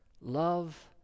Love